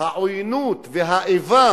העוינות והאיבה,